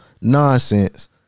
Nonsense